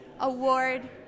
award